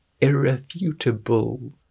irrefutable